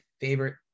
favorite